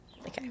Okay